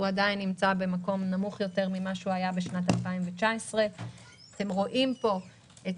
הוא עדיין נמצא במקום נמוך יותר ממה שהוא היה בשנת 2019. אתם רואים פה את